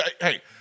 Hey